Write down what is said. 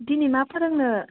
दिनै मा फोरोंनो